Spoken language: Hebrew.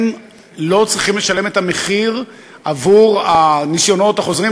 הם לא צריכים לשלם את המחיר עבור הניסיונות החוזרים